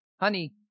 Honey